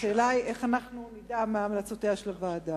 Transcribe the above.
השאלה היא איך אנחנו נדע מה המלצותיה של הוועדה.